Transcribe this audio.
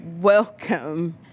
Welcome